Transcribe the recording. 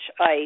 ice